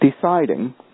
deciding